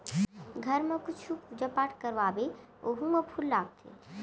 घर म कुछु पूजा पाठ करवाबे ओहू म फूल लागथे